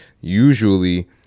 usually